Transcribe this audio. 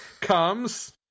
comes